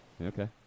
Okay